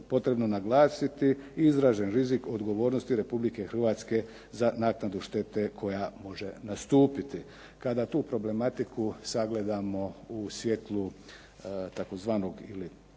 potrebno naglasiti izražen rizik od odgovornosti Republike Hrvatske za naknadu štete koja može nastupiti. Kada tu problematiku sagledamo u svjetlu tzv.